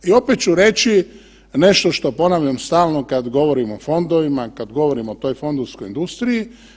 I opet ću reći nešto što ponavljam stalno kad govorim o fondovima, kad govorim o toj fondovskoj industriji.